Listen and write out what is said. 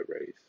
race